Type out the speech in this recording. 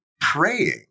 praying